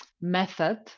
method